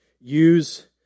use